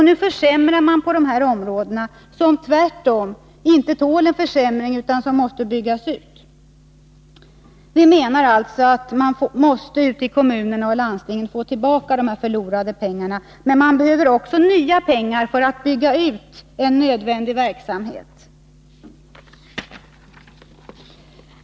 Nu försämras på dessa områden en situation som tvärtom måste förbättras. Vpk menar att kommunerna och landstingen måste få tillbaka sina förlorade pengar och också få nya pengar för att bygga ut en nödvändig verksamhet.